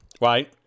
right